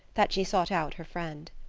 that she sought out her friend.